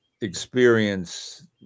experience